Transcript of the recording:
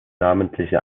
namentliche